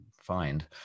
find